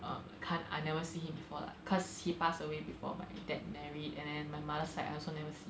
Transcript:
um can't I never see him before lah cause he passed away before my dad married and then my mother side I also never see